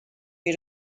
you